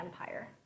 Empire